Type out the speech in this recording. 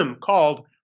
called